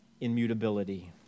immutability